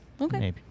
Okay